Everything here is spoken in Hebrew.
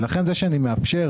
לכן זה שאני מאפשר